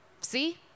See